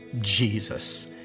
Jesus